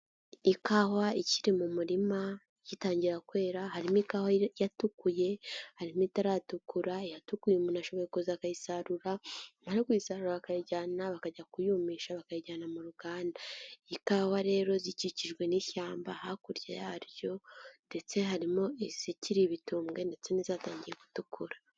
Ikawa ikiri mu murima, igitangira kwera, harimo ikawa yatukuye, harimo itaratukura, iyatuguye umuntu ashoboye kuza akayisarura, yamara kuyisarura akayijyana, bakajya kuyumisha bakayijyana mu ruganda, ikawa rero zikikijwe n'ishyamba, hakurya yaryo ndetse harimo izikiri ibitumbwe ndetse n'izatangiye gutukura.